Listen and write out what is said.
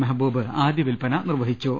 മെഹബൂബ് ആദ്യ വിൽപ്പന നിർവ്വഹിച്ചു